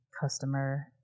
customer